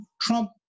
Trump